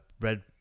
Red